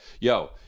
yo